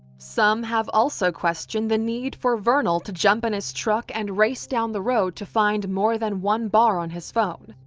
some have also questioned the need for vernal to jump in his truck and race down the road to find more than one bar on his phone.